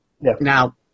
now